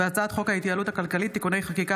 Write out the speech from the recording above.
והצעת חוק ההתייעלות הכלכלית (תיקוני חקיקה